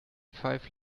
five